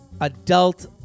adult